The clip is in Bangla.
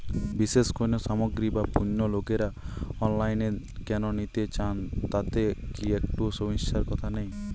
বিশেষ কোনো সামগ্রী বা পণ্য লোকেরা অনলাইনে কেন নিতে চান তাতে কি একটুও সমস্যার কথা নেই?